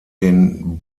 den